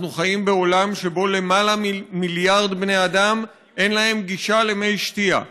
אנחנו חיים בעולם שבו ללמעלה ממיליארד בני אדם אין גישה למי שתייה.